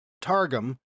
Targum